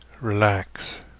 relax